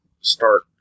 Start